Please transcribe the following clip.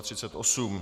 38.